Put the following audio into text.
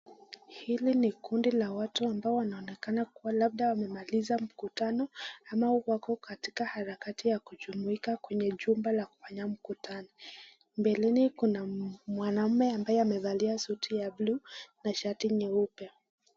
Hili ni kundi la watu ambao wanaonekana labda wamemaliza mkutano ama wako katika harakati ya kujumuika kwenye jumba la kufanya mkutano. Mbeleni kuna mwanaume ambaye amevalia suti ya buluu na shati nyeupe.